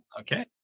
Okay